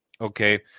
okay